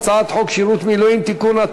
הצעת חוק הביטוח הלאומי (תיקון,